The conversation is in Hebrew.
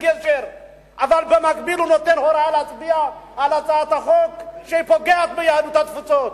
אבל במקביל הוא נותן הוראה להצביע על הצעת חוק שפוגעת ביהדות התפוצות,